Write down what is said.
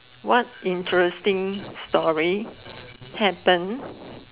what interesting story happened